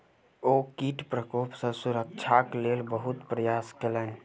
ओ कीट प्रकोप सॅ सुरक्षाक लेल बहुत प्रयास केलैन